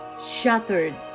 shattered